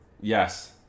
Yes